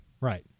right